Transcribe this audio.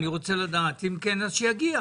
אם כן שיגיע.